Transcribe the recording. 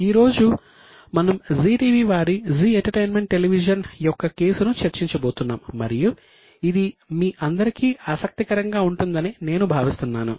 ఈ రోజు మనం జీ టీవీ వారి జీ ఎంటర్టెయిన్మెంట్ టెలివిజన్ యొక్క కేసును చర్చించబోతున్నాం మరియు ఇది మీ అందరికీ ఆసక్తికరంగా ఉంటుందని నేను భావిస్తున్నాను